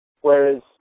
Whereas